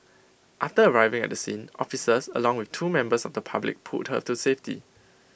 after arriving at the scene officers along with two members of the public pulled her to safety